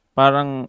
parang